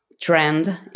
trend